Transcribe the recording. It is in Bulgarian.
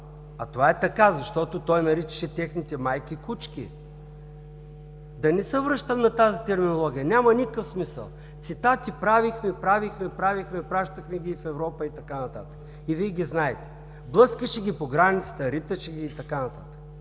а то е така, защото той наричаше техните майки „кучки“. Но да не се връщам на тази терминология, няма никакъв смисъл. Цитати правихме, правихме, правихме, пращахме ги и в Европа и така нататък. И Вие ги знаете. Блъскаше ги по границата, риташе ги и така нататък.